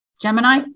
Gemini